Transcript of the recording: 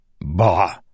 Bah